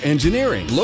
Engineering